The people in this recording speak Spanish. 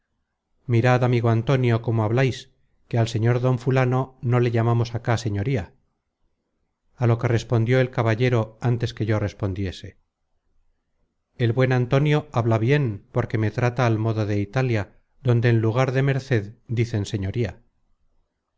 mirad amigo antonio cómo hablais que al señor don fulano no le llamamos acá señoría á lo que respondió el caballero ántes que yo respondiese el buen antonio habla bien porque me trata al modo de italia donde en lugar de merced dicen señoría